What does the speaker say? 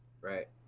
right